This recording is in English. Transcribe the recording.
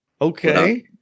okay